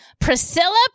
Priscilla